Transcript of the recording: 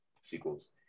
sequels